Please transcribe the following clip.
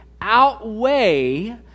outweigh